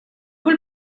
vill